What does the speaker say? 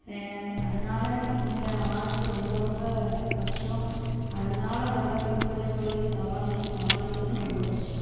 அதனால இங்கே ஆடுறது ரொம்ப ரொம்ப கஸ்டம் அதனால வர்ற பின் விளைவுகளையும் சவால்களையும் சமாளிக்கிறதும் ரொம்ப கஸ்டம்